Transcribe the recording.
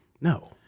No